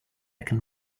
can